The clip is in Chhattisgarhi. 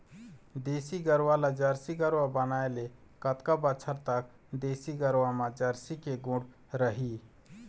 देसी गरवा ला जरसी गरवा बनाए ले कतका बछर तक देसी गरवा मा जरसी के गुण रही?